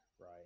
right